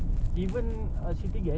aku dah marking dah aku dah taruk tape semua